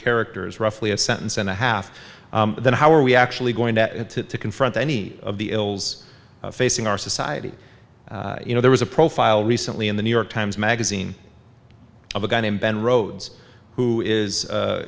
characters roughly a sentence and a half then how are we actually going to confront any of the ills facing our society you know there was a profile recently in the new york times magazine of a guy named ben rhodes who is